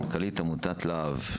מנכ"לית עמותת לה"ב,